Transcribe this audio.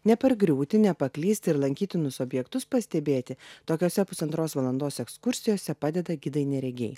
nepargriūti nepaklysti ir lankytinus objektus pastebėti tokiose pusantros valandos ekskursijose padeda gidai neregiai